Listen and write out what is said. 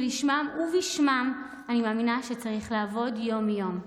שלשמם ובשמם אני מאמינה שצריך לעבוד יום-יום.